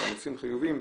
ותמריצים חיוביים,